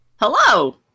Hello